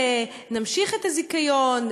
נמשיך את הזיכיון,